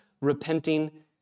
repenting